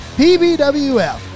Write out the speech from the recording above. pbwf